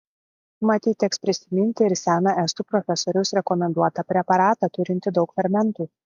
matyt teks prisiminti ir seną estų profesoriaus rekomenduotą preparatą turintį daug fermentų